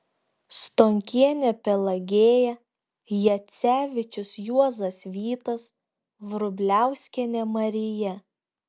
stonkienė pelagėja jacevičius juozas vytas vrubliauskienė marija